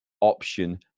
option